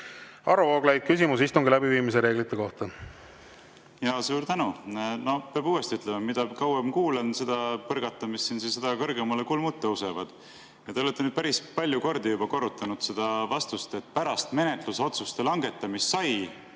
Vooglaid, küsimus istungi läbiviimise reeglite kohta. Suur tänu! Pean uuesti ütlema, et mida kauem kuulan seda põrgatamist siin, seda kõrgemale kulmud tõusevad. Te olete nüüd päris palju kordi korrutanud seda vastust, et pärast menetlusotsuste langetamist